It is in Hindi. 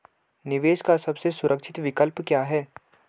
निवेश का सबसे सुरक्षित विकल्प क्या है?